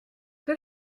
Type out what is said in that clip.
que